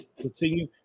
Continue